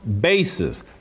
basis